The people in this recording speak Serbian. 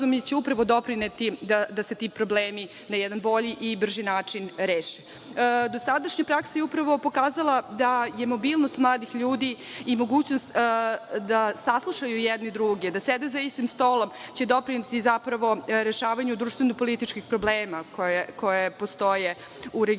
će upravo doprineti da se ti problemi na jedan bolji i brži način reše. Dosadašnja praksa je upravo pokazala da je mobilnost mladih ljudi i mogućnost da saslušaju jedni druge, da sede za istim stolom će doprineti zapravo rešavanju društveno-političkih problema koji postoje u regionu